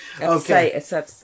Okay